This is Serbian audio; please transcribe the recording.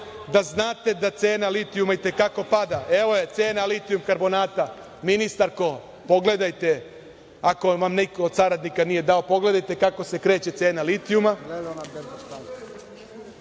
da znate da cena litijuma i te kako pada. Evo je cena litijum karbonata, ministarko pogledajte, ako vam niko od saradnika nije dao, pogledajte kako se kreće cena litijuma.